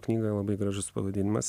knygoje labai gražus pavadinimas